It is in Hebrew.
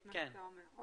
את מה שאתה אומר.